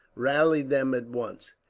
rallied them at once.